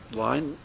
line